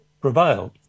prevailed